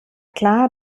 klar